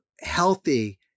healthy